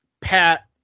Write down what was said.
pat